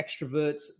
extroverts